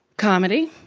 comedy.